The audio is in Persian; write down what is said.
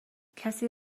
کسی